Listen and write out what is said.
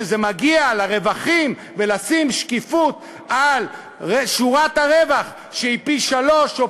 כשזה מגיע לרווחים ולשים שקיפות על שורת הרווח שהיא פי-שלושה או